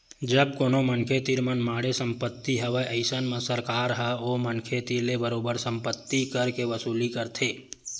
जब कोनो मनखे तीर मनमाड़े संपत्ति हवय अइसन म सरकार ह ओ मनखे तीर ले बरोबर संपत्ति कर के वसूली करथे